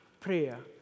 Prayer